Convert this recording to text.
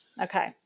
Okay